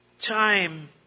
time